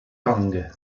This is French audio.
tang